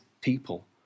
people